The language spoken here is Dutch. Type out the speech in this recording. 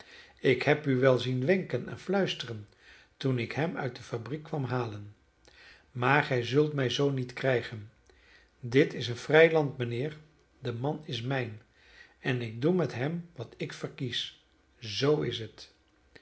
ik heb u wel zien wenken en fluisteren toen ik hem uit de fabriek kwam halen maar gij zult mij zoo niet krijgen dit is een vrij land mijnheer de man is mijn en ik doe met hem wat ik verkies zoo is het